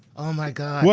oh my god. what?